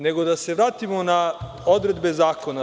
Nego, da se vratimo na odredbe zakona.